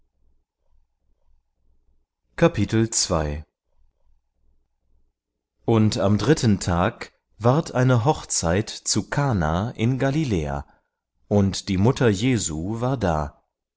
und am dritten tag ward eine hochzeit zu kana in galiläa und die mutter jesu war da